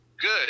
good